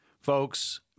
Folks